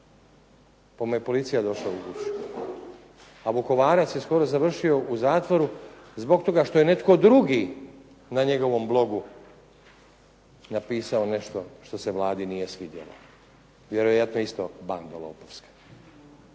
je policija došla u kuću. A Vukovarac je skoro završio u zatvoru zbog toga što je netko drugi na njegovom blogu napisao nešto što se Vladi nije svidjelo. Vjerojatno isto bando lopovska.